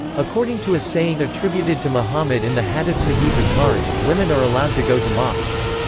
according to a saying attributed to muhammad in the hadith sahih bukhari, women are allowed to go to mosques.